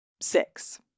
six